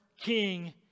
king